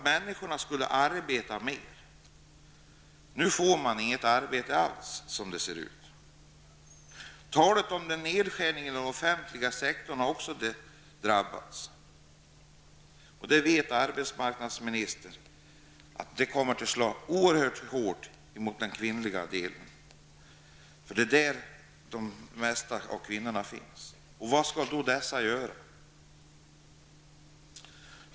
Människorna skulle arbeta mer. Nu får man inget arbete alls, som det ser ut. Talet om en nedskärning inom den offentliga sektorn har också drabbat människor. Arbetsmarknadsministern vet att en sådan nedskärning kommer att slå oerhört hårt mot den kvinnliga arbetskraften, för det är inom den offentliga sektorn som de flesta kvinnorna arbetar.